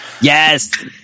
Yes